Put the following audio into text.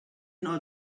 not